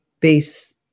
base